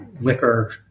liquor